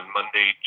Monday